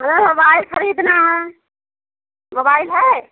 हमें मोबाइल खरीदना है मोबाइल है